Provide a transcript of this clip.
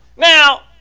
Now